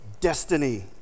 destiny